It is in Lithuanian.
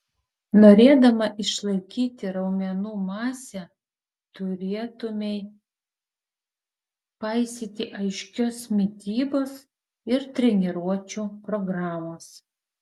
norėdama išlaikyti raumenų masę turėtumei paisyti aiškios mitybos ir treniruočių programos